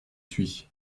suis